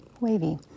wavy